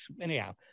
anyhow